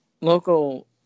local